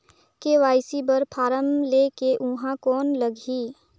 KYC बर form ले के ऊहां कौन लगही?